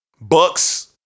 Bucks